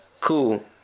cool